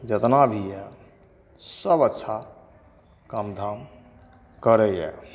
जेतना भी यऽ सब अच्छा कामधाम करैया